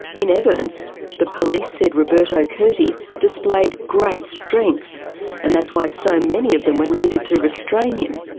in evidence the police said roberto curti displayed great strength and that's why so many of them were needed to restrain him.